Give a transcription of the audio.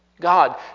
God